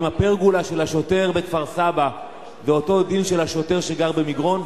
אם לפרגולה של השוטר בכפר-סבא יש אותו דין של השוטר שגר במגרון?